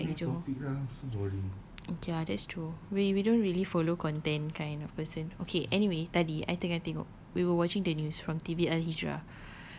I tak sabar seh nak gi johor okay ah that's true we we don't really follow content kind of person okay anyway tadi I tengah tengok we were watching the news from T_V al-hijrah